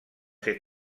ser